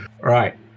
Right